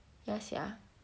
ya sia